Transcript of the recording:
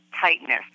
tightness